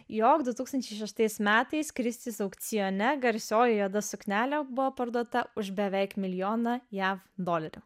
jog du tūkstančiai šeštais metais kristis aukcione garsioji juoda suknelė buvo parduota už beveik milijoną jav dolerių